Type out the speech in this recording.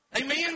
Amen